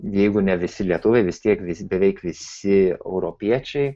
jeigu ne visi lietuviai vis tiek vis beveik visi europiečiai